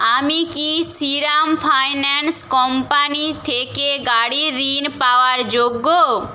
আমি কি Shriram finance company থেকে গাড়ি ঋণ পাওয়ার যোগ্য